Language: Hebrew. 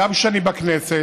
גם כשאני בכנסת,